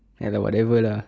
ya lah whatever lah